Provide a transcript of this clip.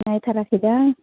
नायथाराखैदां